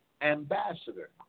Ambassador